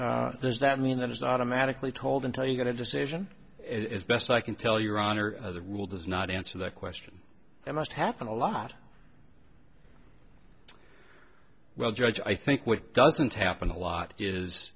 is that mean that it's automatically told until you get a decision as best i can tell your honor the rule does not answer the question i must happen a lot well judge i think what doesn't happen a lot is